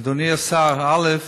אדוני השר, א.